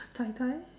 tai tai